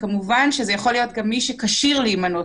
שזה יכול להיות גם מי שכשיר להימנות